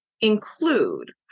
include